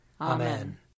Amen